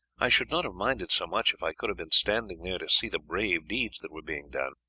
i should not have minded so much if i could have been standing there to see the brave deeds that were being done.